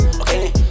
okay